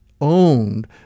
owned –